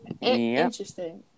interesting